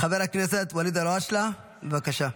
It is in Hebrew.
חבר הכנסת ואליד אלהואשלה, בבקשה.